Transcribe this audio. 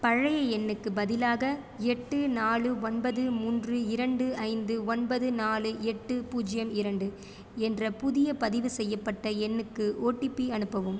பழைய எண்ணுக்குப் பதிலாக எட்டு நாலு ஒன்பது மூன்று இரண்டு ஐந்து ஒன்பது நாலு எட்டு பூஜ்ஜியம் இரண்டு என்ற புதிய பதிவுசெய்யப்பட்ட எண்ணுக்கு ஓடிபி அனுப்பவும்